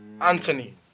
Anthony